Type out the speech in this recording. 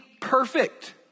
perfect